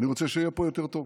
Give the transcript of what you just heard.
אני רוצה שיהיה פה יותר טוב.